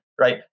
right